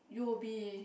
u_o_b